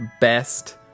best